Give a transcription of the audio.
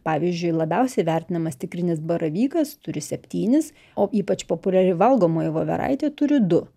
pavyzdžiui labiausiai vertinamas tikrinis baravykas turi septynis o ypač populiari valgomoji voveraitė turi du